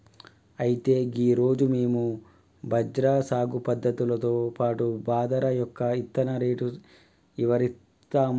అయితే గీ రోజు మేము బజ్రా సాగు పద్ధతులతో పాటు బాదరా యొక్క ఇత్తన రేటు ఇవరిస్తాము